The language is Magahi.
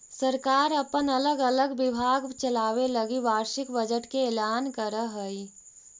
सरकार अपन अलग अलग विभाग चलावे लगी वार्षिक बजट के ऐलान करऽ हई